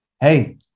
Hey